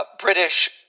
British